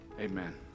amen